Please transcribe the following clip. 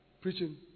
preaching